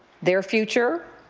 their future,